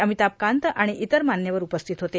अभिताष कांत आणि इतर मान्यवर उपस्थित होते